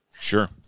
Sure